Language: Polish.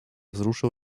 wzruszył